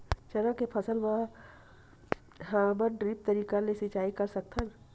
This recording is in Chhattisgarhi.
चना के फसल म का हमन ड्रिप तरीका ले सिचाई कर सकत हन?